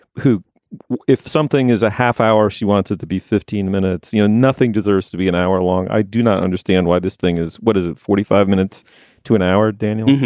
who if something is a half hour, she wants it to be fifteen minutes. you know, nothing deserves to be an hour long. i do not understand why this thing is. what is it, forty five minutes to an hour, dana?